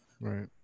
right